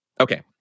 Okay